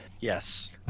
Yes